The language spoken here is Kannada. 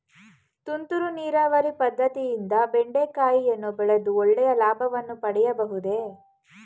ತುಂತುರು ನೀರಾವರಿ ಪದ್ದತಿಯಿಂದ ಬೆಂಡೆಕಾಯಿಯನ್ನು ಬೆಳೆದು ಒಳ್ಳೆಯ ಲಾಭವನ್ನು ಪಡೆಯಬಹುದೇ?